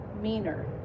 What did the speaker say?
meaner